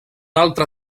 altre